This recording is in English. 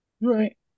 Right